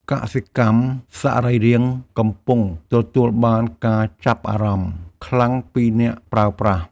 កសិកម្មសរីរាង្គកំពុងទទួលបានការចាប់អារម្មណ៍ខ្លាំងពីអ្នកប្រើប្រាស់។